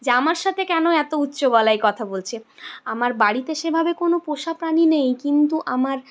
যে আমার সাথে কেন এত উচ্চ গলায় কথা বলছে আমার বাড়িতে সেভাবে কোনো পোষা প্রাণী নেই কিন্তু আমার